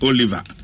Oliver